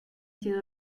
sido